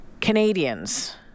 Canadians